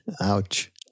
ouch